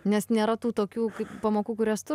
nes nėra tų tokių kaip pamokų kurias tu